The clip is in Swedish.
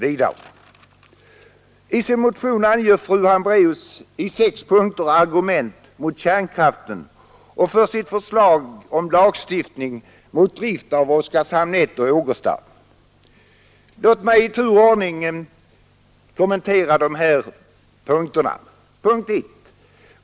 I sin motion anger fru Hambraeus i sex punkter argument mot kärnkraften och för sitt förslag om lagstiftning mot drift av Oskarshamn 1 och Ågesta. Låt mig i tur och ordning kommentera dessa punkter. 1.